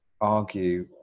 argue